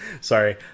Sorry